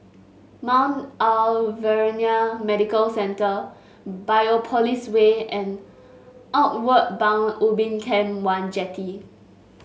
Mount Alvernia Medical Centre Biopolis Way and Outward Bound Ubin Camp one Jetty